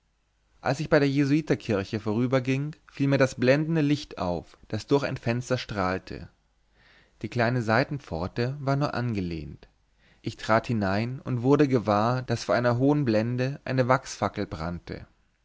als ich bei der jesuiterkirche vorüberging fiel mir das blendende licht auf das durch ein fenster strahlte die kleine seitenpforte war nur angelehnt ich trat hinein und wurde gewahr daß vor einer hohen blende eine wachsfackel brannte